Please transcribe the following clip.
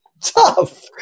tough